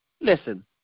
listen